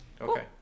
Okay